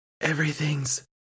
everything's